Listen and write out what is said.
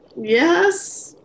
yes